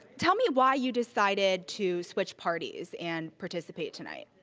tell me why you decided to switch parties and participate tonight?